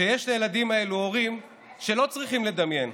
שיש לילדים האלה הורים שלא צריכים לדמיין.